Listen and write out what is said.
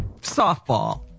Softball